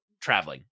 traveling